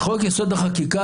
חוק יסוד: החקיקה,